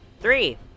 Three